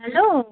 hello